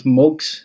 mugs